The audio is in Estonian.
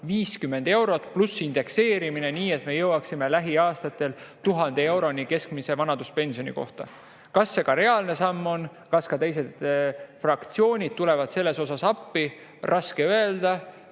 50 eurot pluss indekseerimine, nii et me jõuaksime lähiaastatel 1000 euroni keskmise vanaduspensioni kohta. Kas see ka reaalne samm on, kas ka teised fraktsioonid tulevad selles appi? Raske öelda.